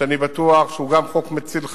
שאני בטוח שהוא גם חוק מציל חיים,